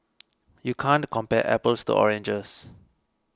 you can't compare apples to oranges